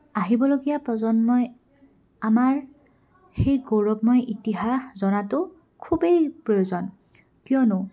আহিবলগীয়া প্ৰজন্মই আমাৰ সেই গৌৰৱময় ইতিহাস জনাতো খুবেই প্ৰয়োজন কিয়নো